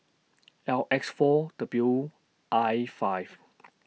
L X four W I five